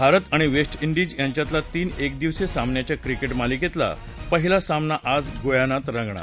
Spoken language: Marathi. भारत आणि वेस्ट डिज यांच्यातल्या तीन एकदिवसीय सामन्यांच्या क्रिकेट मालिकेतला पहिला सामना आज गुयानात रंगणार